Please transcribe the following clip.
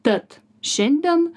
tad šiandien